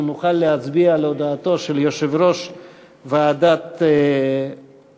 אנחנו נוכל להצביע על הודעתו של יושב-ראש ועדת הכנסת,